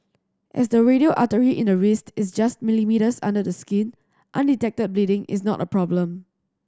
as the radial artery in the wrist is just millimetres under the skin undetected bleeding is not a problem